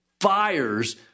fires